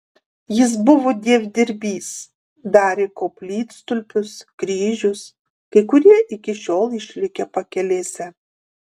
jis buvo dievdirbys darė koplytstulpius kryžius kai kurie iki šiol išlikę pakelėse